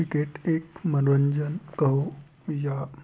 cricket एक मनोरंजन कहो या